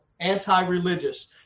anti-religious